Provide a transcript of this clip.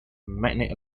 magnet